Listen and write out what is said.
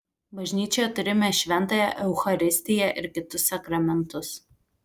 bažnyčioje turime šventąją eucharistiją ir kitus sakramentus